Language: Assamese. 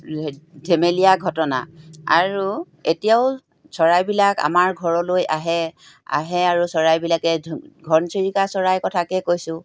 ধেমেলীয়া ঘটনা আৰু এতিয়াও চৰাইবিলাক আমাৰ ঘৰলৈ আহে আহে আৰু চৰাইবিলাকে ঘনচিৰিকা চৰাইৰ কথাকে কৈছোঁ